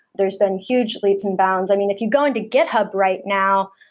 there's been huge leaps and bounce. i mean, if you go into github right now,